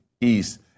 East